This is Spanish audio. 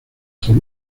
por